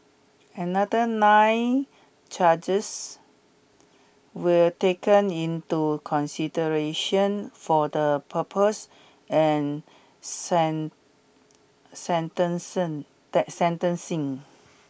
another nine charges were taken into consideration for the purpose and sentence that sentencing